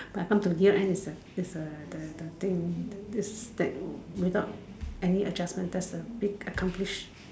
but I come to here end is a is a the the thing this that without any adjustment that's a big accomplish